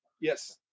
Yes